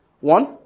One